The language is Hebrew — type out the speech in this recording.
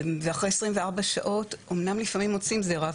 ואחרי 24 שעות אמנם לפעמים מוציאים זרע,